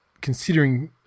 considering